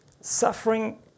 Suffering